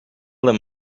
them